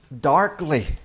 darkly